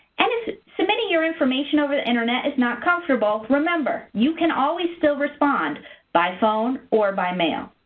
and if submitting your information over the internet is not comfortable, remember, you can always still respond by phone or by mail.